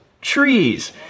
Trees